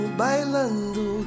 bailando